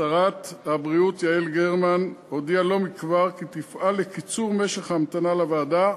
שרת הבריאות יעל גרמן הודיעה לא מכבר כי תפעל לקיצור משך ההמתנה לוועדה,